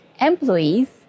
employees